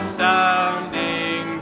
sounding